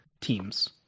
teams